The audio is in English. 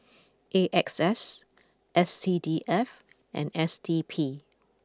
A X S S C D F and S D P